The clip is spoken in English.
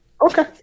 Okay